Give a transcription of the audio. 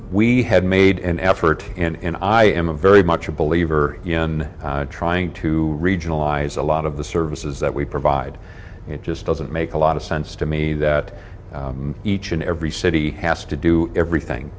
we had made an effort in i am a very much a believer in trying to regionalize a lot of the services that we provide it just doesn't make a lot of sense to me that each and every city has to do everything